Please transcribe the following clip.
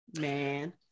man